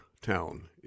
town